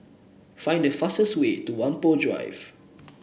find the fastest way to Whampoa Drive